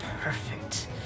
perfect